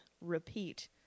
repeat